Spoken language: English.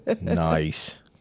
Nice